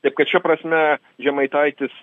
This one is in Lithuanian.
taip kad šia prasme žemaitaitis